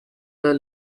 the